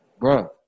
Bro